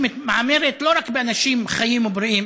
שמתעמרת לא רק באנשים חיים ובריאים,